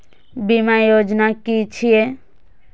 बीमा योजना कि छिऐ?